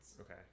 Okay